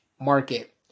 Market